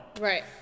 Right